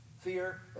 fear